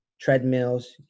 treadmills